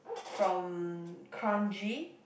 from kranji